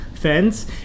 fence